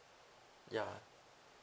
ya